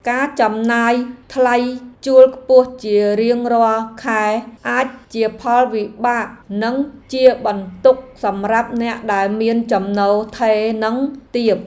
ការចំណាយថ្លៃជួលខ្ពស់ជារៀងរាល់ខែអាចជាផលវិបាកនិងជាបន្ទុកសម្រាប់អ្នកដែលមានចំណូលថេរនិងទាប។